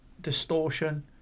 distortion